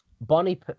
Bonnie